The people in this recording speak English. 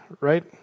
right